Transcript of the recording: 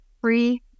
free